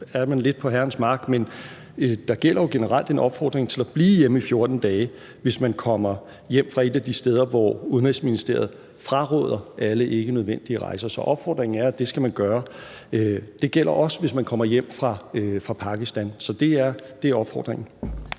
er man lidt på herrens mark – gælder der jo generelt en opfordring til at blive hjemme i 14 dage, hvis man kommer hjem fra et af de steder, hvor Udenrigsministeriet fraråder alle ikkenødvendige rejser. Så opfordringen er, at det skal man gøre. Det gælder også, hvis man kommer hjem fra Pakistan. Så det er opfordringen.